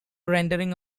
rendering